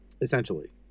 Essentially